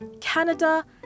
Canada